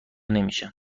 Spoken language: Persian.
نمیشه